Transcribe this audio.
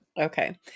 Okay